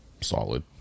Solid